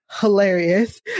hilarious